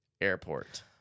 Airport